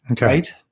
right